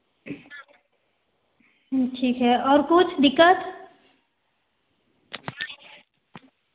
ठीक है और कुछ दिक्कत